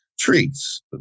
Treats